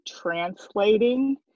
translating